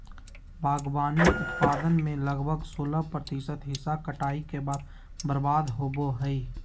बागवानी उत्पादन में लगभग सोलाह प्रतिशत हिस्सा कटाई के बाद बर्बाद होबो हइ